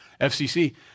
FCC